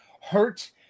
hurt